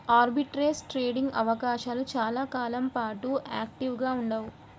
arbitrage trading అవకాశాలు చాలా కాలం పాటు యాక్టివ్గా ఉండవు